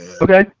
Okay